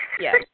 Yes